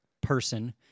person